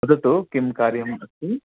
वदतु किं कार्यम् अस्ति